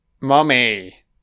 Mummy